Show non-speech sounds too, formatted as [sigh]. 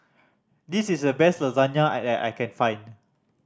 this is the best Lasagne [unintelligible] that I can find